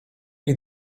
ich